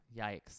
Yikes